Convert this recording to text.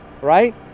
right